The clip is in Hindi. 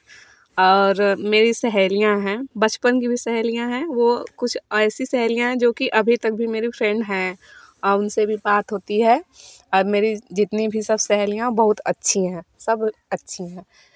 और मेरी सहेलियाँ हैं बचपन की भी सहेलियाँ हैं वे कुछ ऐसी सहेलियाँ हैं जो की अभी तक भी मेरी फ्रेंड हैं उनसे भी बात होती है अब मेरी जितनी भी सब सहेलियाँ बहुत अच्छी हैं सब अच्छी हैं